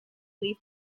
leave